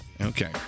Okay